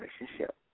relationship